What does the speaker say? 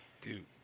Dude